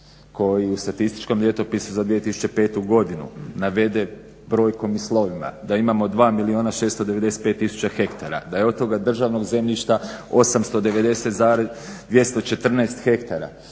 koji u Statističkom ljetopisu za 2005. godinu navede brojkom i slovima da imamo 2 milijuna 695 tisuća hektara, da je od toga državnog zemljišta 890,214 hektara.